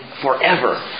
forever